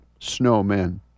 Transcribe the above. snowmen